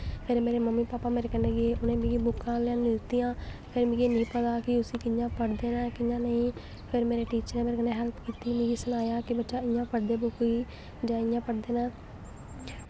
फिर मेरे mummy papa मेरे कन्नै गे उ'नें मिगी बुक्कां लेआनी दित्तियां फिर मिगी निं पता कि उस्सी कि'यां पढ़दे न कि'यां नेईं फिर मेरे टीचरें मेरे कन्नै हैल्प कीती मिगी सनाया कि बच्चा इयां पढ़दे न बुक्क गी जां इ'यां पढ़दे न